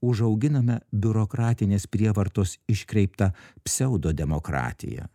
užauginame biurokratinės prievartos iškreiptą pseudodemokratiją